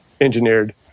engineered